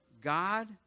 God